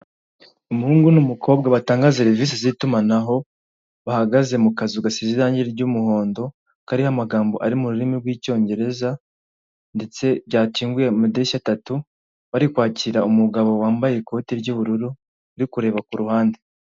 Umuhungu n'umukobwa batanga serivisi z'itumanaho bahagaze mu kazu gasize irangi ry'umuhondo kariho amagambo ari mu rurimi rw'icyongereza, ndetse byakinguye amadirishya atatu bari kwakira umugabo wambaye ikote ry'ubururu uri kureba ku ruhande.